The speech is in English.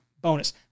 bonus